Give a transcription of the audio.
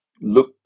look